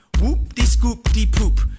Whoop-dee-scoop-dee-poop